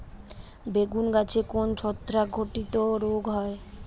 বেগুন গাছে কোন ছত্রাক ঘটিত রোগ হয়?